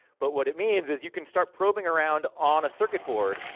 but what it means is, you can start probing around on a circuit board,